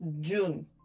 June